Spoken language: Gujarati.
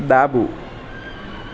ડાબું